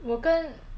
我跟